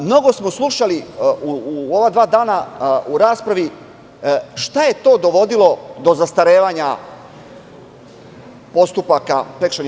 Mnogo smo slušali u ova dva dana u raspravi šta je to dovodilo do zastarevanja prekršajnih.